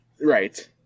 Right